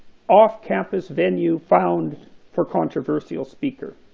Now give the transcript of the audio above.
off-campus venue found for controversial speaker